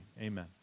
Amen